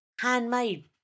handmade